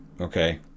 okay